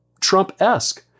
Trump-esque